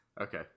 Okay